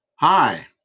Hi